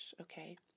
okay